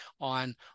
on